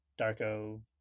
Darko